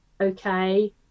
okay